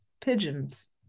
pigeons